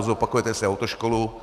Zopakujete si autoškolu.